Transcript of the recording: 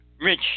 Rich